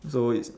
so it's